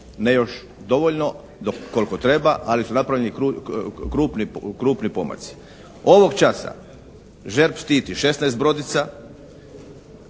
Ne još dovoljno, koliko treba, ali su napravljeni krupni pomaci. Ovog časa ZERP štiti 16 brodica,